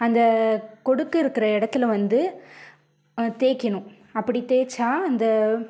அந்த கொடுக்கு இருக்கிற இடத்துல வந்து தேய்க்கணும் அப்படி தேய்ச்சா அந்த